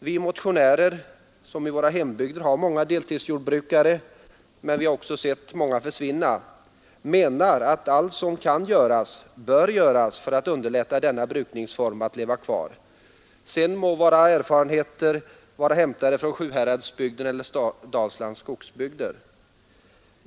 Vi motionärer, som i våra hembygder har många deltidsjordbruk, men också har sett många försvinna, menar att allt som kan göras också bör göras för att underlätta för denna brukningsform att leva kvar — sedan må våra erfarenheter vara hämtade från Sjuhäradsbygden eller Dalslands skogsbygder.